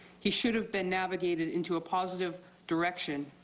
he should have been navigated into a positive direction.